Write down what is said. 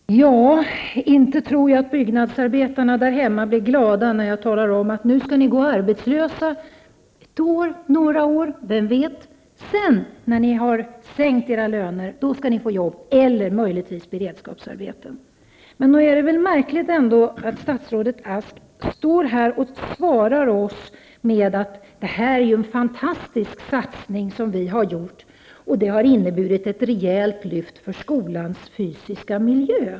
Herr talman! Inte tror jag att byggnadsarbetarna där hemma blir gladare när jag talar om för dem att de skall gå arbetslösa under en tid för att de senare, när lönerna har sänkts, skall kunna få ett beredskapsarbete. Det är ändå märkligt att statsrådet svarar oss med att detta är en fantastisk satsning som regeringen har gjort, och som har inneburit ett rejält lyft för skolans fysiska miljö.